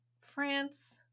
France